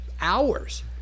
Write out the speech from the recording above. hours